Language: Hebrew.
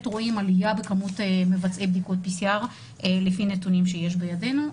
רואים עלייה בכמות מבצעי בדיקות PCR לפי נתונים שיש בידינו.